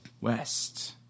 west